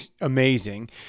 amazing